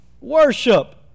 worship